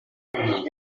imvura